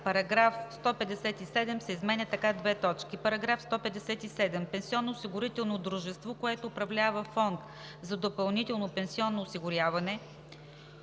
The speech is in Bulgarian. Параграф 157 се изменя така: „§ 157. Пенсионноосигурително дружество, което управлява фонд за допълнително пенсионно осигуряване,